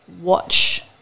watch